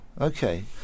Okay